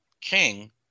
King